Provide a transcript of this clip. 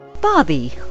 Bobby